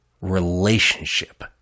Relationship